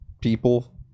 people